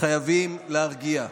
חייבים להרגיע.